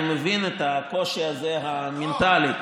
אני מבין את הקושי המנטלי הזה,